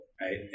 right